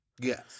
Yes